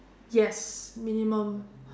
yes minimum